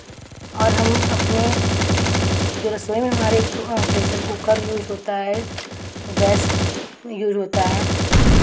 और हम अपने जो रसोई में हमारे प्रेशर कूकर यूज़ होता है गैस यूज़ होता है